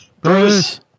Bruce